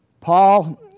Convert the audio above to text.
Paul